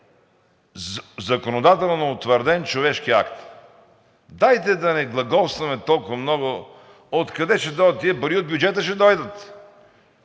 законодателно утвърден човешки акт. Дайте да не глаголстваме толкова много откъде ще дойдат тези пари! От бюджета ще дойдат!